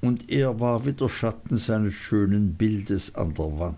und er war wie der schatten seines schönen bildes an der wand